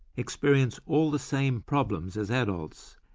experience all the same problems as adults,